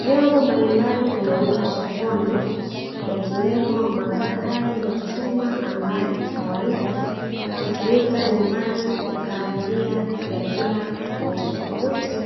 Vyombo mbali mbali vinauzwa sokoni, yakiwemo makarai ya chuma ambayo kikawaida kutumika nyumbani kukaangia vyakula tofautitofauti